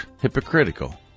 hypocritical